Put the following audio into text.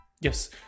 Yes